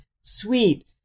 sweet